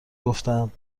گفتم